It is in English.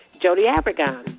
jody avirgan.